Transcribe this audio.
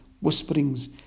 whisperings